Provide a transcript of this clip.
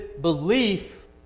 belief